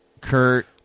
Kurt